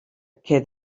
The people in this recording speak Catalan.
que